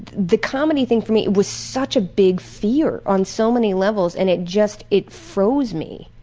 the comedy thing for me was such a big fear on so many levels and it just it froze me.